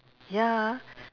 ya